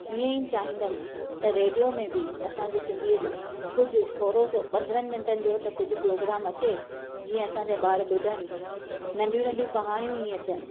ईअं ई चाहींदमि त रेडियो में बि असांजो सिंधीअ जो कुझु थोरो सो पंद्रहंनि मिंटनि जो त कुझु प्रोग्राम अचे जीअं असांजा ॿार ॿुधनि नंढियूं नंढियूं कहाणियूं ई अचनि